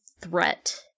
threat